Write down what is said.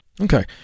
Okay